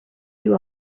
you